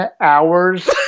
hours